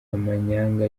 amanyanga